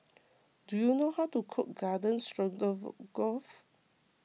do you know how to cook Garden Stroganoff